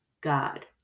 God